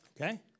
Okay